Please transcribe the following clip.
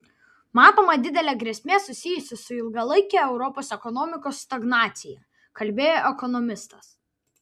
matoma didelė grėsmė susijusi su ilgalaike europos ekonomikos stagnacija kalbėjo ekonomistas